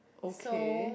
okay